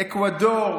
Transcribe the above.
אקוודור,